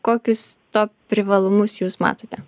kokius to privalumus jūs matote